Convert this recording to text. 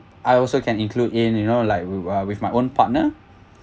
I also can include in you know like uh with my own partner